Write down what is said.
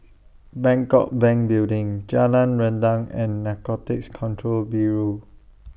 Bangkok Bank Building Jalan Rendang and Narcotics Control Bureau